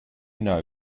know